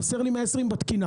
חסרים לי 120 בתקינה.